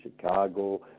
Chicago